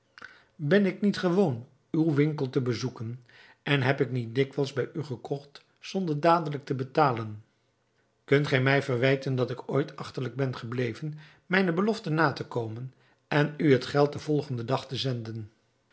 ben ik niet gewoon uw winkel te bezoeken en heb ik niet dikwijls bij u gekocht zonder dadelijk te betalen kunt gij mij verwijten dat ik ooit achterlijk ben gebleven mijne belofte na te komen en u het geld den volgenden dag te zenden